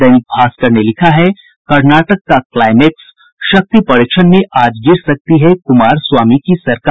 दैनिक भास्कर ने लिखा है कर्नाटक का क्लाइमेक्स शक्ति परीक्षण में आज गिर सकती है कुमारस्वामी की सरकार